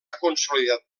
consolidat